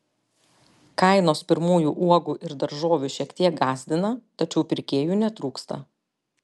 kainos pirmųjų uogų ir daržovių šiek tiek gąsdina tačiau pirkėjų netrūksta